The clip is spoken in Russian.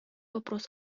вопрос